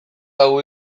hau